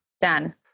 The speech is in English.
Done